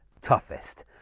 toughest